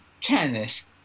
tennis